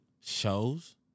shows